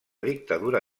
dictadura